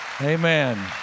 Amen